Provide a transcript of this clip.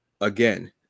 again